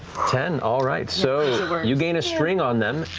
ten, all right. so you gain a string on them,